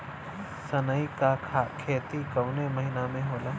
सनई का खेती कवने महीना में होला?